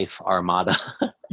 armada